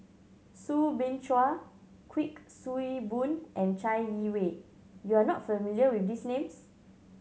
Soo Bin Chua Kuik Swee Boon and Chai Yee Wei you are not familiar with these names